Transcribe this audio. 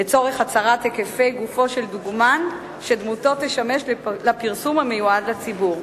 לצורך הצרת היקפי גופו של דוגמן שדמותו תשמש לפרסום המיועד לציבור.